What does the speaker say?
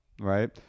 right